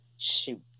Shoot